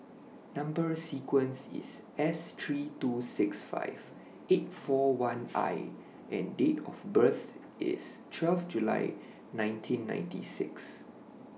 Number sequence IS S three two six five eight four one I and Date of birth IS twelve July nineteen ninety six